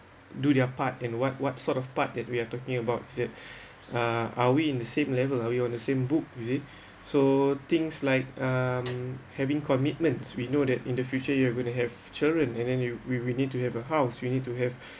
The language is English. do their part and what what sort of part that we are talking about is it uh are we in the same level are we on the same book is it so things like um having commitments we know that in the future you are going to have children and then you we we need to have a house we need to have